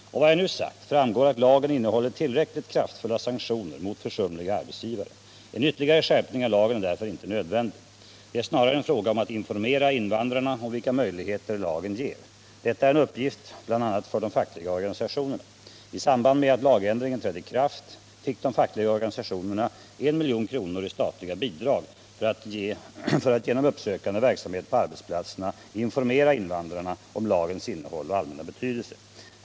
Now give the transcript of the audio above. Av vad jag nu har sagt framgår att lagen innehåller tillräckligt kraftfulla sanktioner mot försumliga arbetsgivare. En ytterligare skärpning av lagen är därför inte nödvändig. Det är snarare en fråga om att informera invandrarna om vilka möjligheter lagen ger. Detta är en uppgift bl.a. för de fackliga organisationerna. I samband med att lagändringen trädde i kraft fick de fackliga organisationerna 1 milj.kr. i statliga bidrag för att genom uppsökande verksamhet på arbetsplatserna informera invandrarna om lagens innehåll och allmänna betydelse.